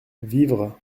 vivre